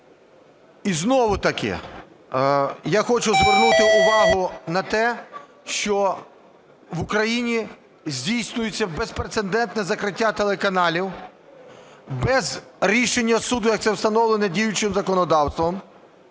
І знову-таки я хочу звернути увагу на те, що в Україні здійснюється безпрецедентне закриття телеканалів без рішення суду, як це встановлено діючим законодавством,